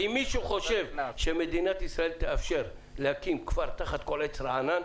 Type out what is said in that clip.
אם מישהו חושב שמדינת ישראל תאפשר להקים כפר תחת כל עץ רענן,